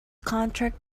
contract